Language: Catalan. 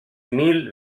mil